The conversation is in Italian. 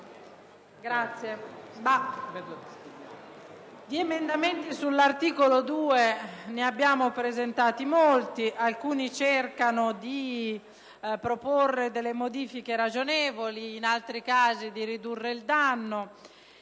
Presidente, di emendamenti all'articolo 2 ne abbiamo presentati molti: alcuni cercano di proporre delle modifiche ragionevoli, altri di ridurre il danno